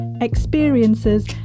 experiences